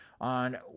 on